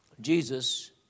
Jesus